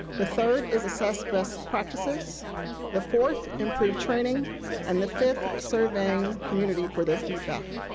the third is assess best practices the fourth, improve training and the fifth, surveying community for their feedback.